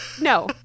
no